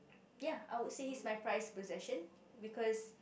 ya I would say it's my prize possession because